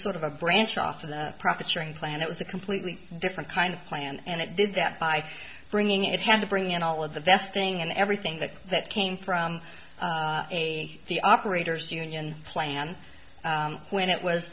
sort of a branch off of the profit sharing plan it was a completely different kind of plan and it did that by bringing it had to bring in all of the vesting and everything that that came from the operator's union plan when it was